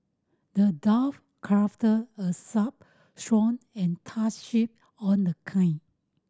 the dwarf crafted a sharp sword and tough shield on the kind